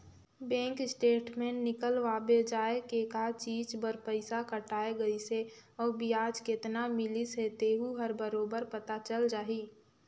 bank statement निकलवाबे जाये के का चीच बर पइसा कटाय गइसे अउ बियाज केतना मिलिस हे तेहू हर बरोबर पता चल जाही